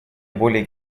более